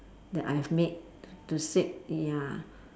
that I've made to seek ya